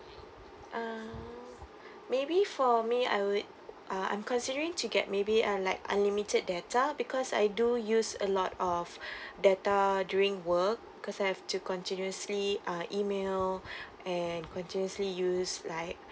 uh maybe for me I would uh I'm considering to get maybe uh like unlimited data because I do use a lot of data during work cause I have to continuously uh email and continuously use like